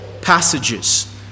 passages